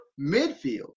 midfield